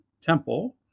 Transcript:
temple